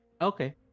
Okay